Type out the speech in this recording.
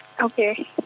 Okay